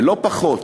ולא פחות,